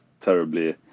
terribly